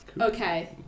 Okay